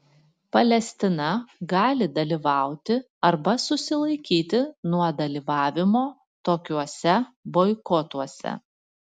palestina gali dalyvauti arba susilaikyti nuo dalyvavimo tokiuose boikotuose